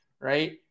Right